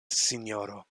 sinjoro